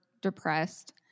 depressed